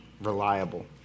reliable